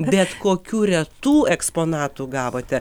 bet kokių retų eksponatų gavote